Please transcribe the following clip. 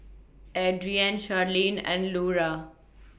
Adrienne Sharleen and Lura